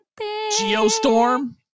Geostorm